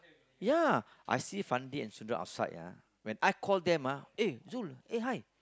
ya I see Fandi and Sundram outside ah when I call them ah eh Zul eh hi